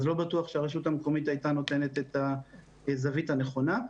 אז לא בטוח שהרשות המקומית הייתה נותנת את הזווית הנכונה.